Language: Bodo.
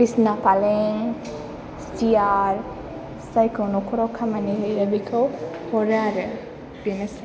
बिसिना फालें चियार जायखौ नखराव खामानि होयो बिखौ हरो आरो बेनोसै